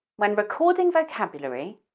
when recording vocabulary,